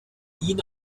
ihn